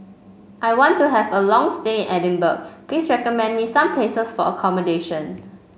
I want to have a long stay in Edinburgh please recommend me some places for accommodation